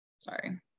sorry